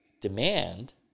demand